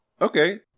Okay